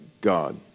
God